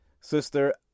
Sister